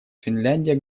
финляндия